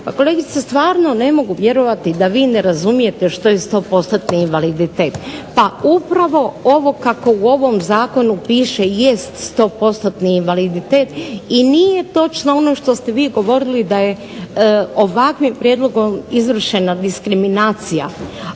kolegice stvarno ne mogu vjerovati da vi ne razumijete što je 100%-ni invaliditet. Pa upravo ovo kako u ovom zakonu piše jest 100%-ni invaliditet i nije točno ono što ste vi govorili da je ovakvim prijedlogom izvršena diskriminacija.